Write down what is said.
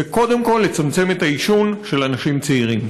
וקודם כול לצמצם את העישון של אנשים צעירים.